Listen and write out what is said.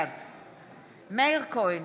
בעד מאיר כהן,